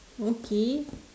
okay